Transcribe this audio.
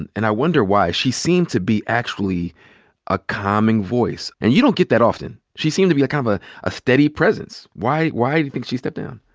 and and i wonder why. she seemed to be actually a calming voice. and you don't get that often. she seemed to be kind of a a steady presence. why why do you think she stepped down?